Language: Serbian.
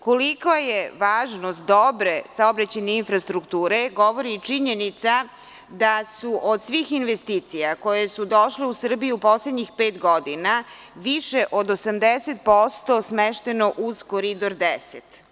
Kolika je važnost dobre saobraćajne infrastrukture govori i činjenica da su od svih investicija koje su došle u Srbiju poslednjih pet godina, više od 80% smešteno uz Koridor 10.